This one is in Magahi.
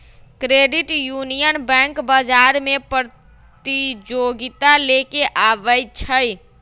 क्रेडिट यूनियन बैंक बजार में प्रतिजोगिता लेके आबै छइ